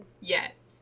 Yes